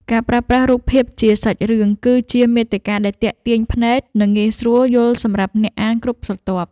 ការប្រើប្រាស់រូបភាពជាសាច់រឿង គឺជាមាតិកាដែលទាក់ទាញភ្នែក និងងាយស្រួលយល់សម្រាប់អ្នកអានគ្រប់ស្រទាប់។